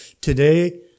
today